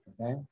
Okay